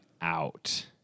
out